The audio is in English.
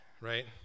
right